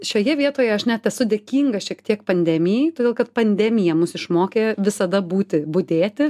šioje vietoje aš net esu dėkinga šiek tiek pandemijai todėl kad pandemija mus išmokė visada būti budėti